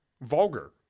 vulgar